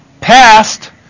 Past